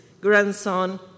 grandson